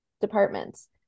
departments